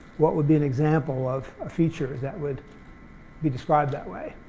what would be an example of a feature that would be described that way?